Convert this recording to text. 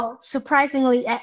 surprisingly